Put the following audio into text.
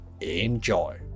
Enjoy